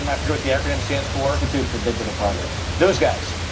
um i forget what the acronym stands for. institute for digital progress. those guys.